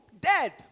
dead